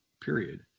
period